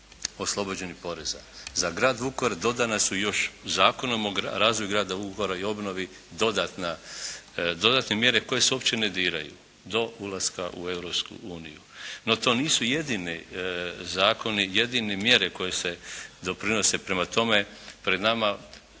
oslobođeni poreza. Za grad Vukovar dodane su još zakonom o razvoju grada Vukovaru i obnovi dodatne mjere koje se uopće ne diraju do ulaska u Europsku uniju. No to nisu jedini zakoni, jedine mjere koje se doprinose, prema tome pred nama,